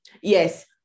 Yes